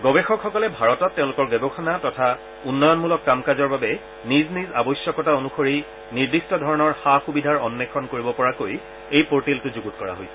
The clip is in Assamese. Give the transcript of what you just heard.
গৱেষকসকলে ভাৰতত তেওঁলোকৰ গৱেষণা তথা উন্নয়নমূলক কাম কাজৰ বাবে নিজ নিজ আৱশ্যকতা অনুসৰি নিৰ্দিষ্ট ধৰণৰ সা সুবিধাৰ অন্বেষণ কৰিব পৰাকৈ এই পৰ্টেলটো যুণত কৰা হৈছে